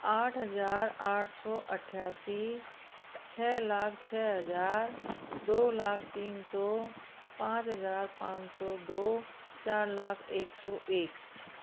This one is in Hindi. आठ हजार आठ सौ अठयासी छः लाख छः हजार दो लाख तीन सौ पाँच हजार पाँच सौ दो चार लाख एक सौ एक